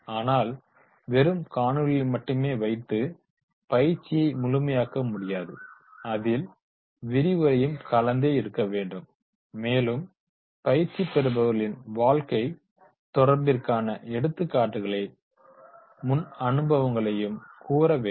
ஆனால் வெறும் காணொளிகளை மட்டுமே வைத்து பயிற்சியை முழுமையாக்க முடியாது அதில் விரிவுரையும் கலந்தே இருக்க வேண்டும் மேலும் பயிற்சி பெறுபவர்களின் வாழ்க்கை தொடர்பிற்கான எடுத்துக்காட்டுகளை மும் அனுபவங்களையும் கூற வேண்டும்